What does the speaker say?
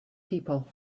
people